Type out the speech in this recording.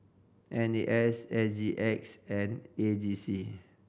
N A S S G X and A G C